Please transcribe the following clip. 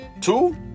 two